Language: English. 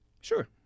Sure